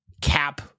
cap